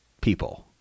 people